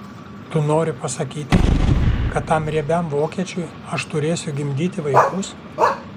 tu nori pasakyti kad tam riebiam vokiečiui aš turėsiu gimdyti vaikus